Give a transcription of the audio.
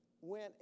went